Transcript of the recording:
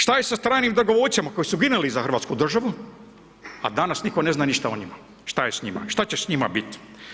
Šta je sa stranim dragovoljcima koji su ginuli za hrvatsku državu, a danas nitko ne zna ništa o njima, šta je s njima, šta će s njima bit.